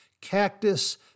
cactus